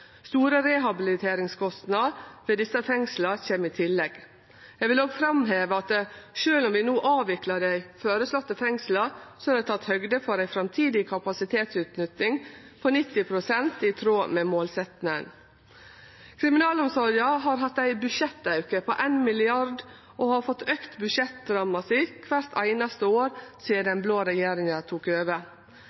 Store rehabiliteringskostnader ved desse fengsla kjem i tillegg. Eg vil også framheve at sjølv om vi no avviklar dei føreslåtte fengsla, er det teke høgd for ei framtidig kapasitetsutnytting på 90 pst., i tråd med målsetjinga. Kriminalomsorga har hatt ein budsjettauke på 1 mrd. kr og har fått auka budsjettramma si kvart einaste år sidan den blå regjeringa tok over.